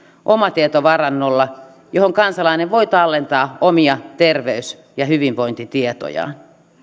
omatietovarannolla johon kansalainen voi tallentaa omia terveys ja hyvinvointitietojaan